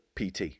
PT